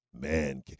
man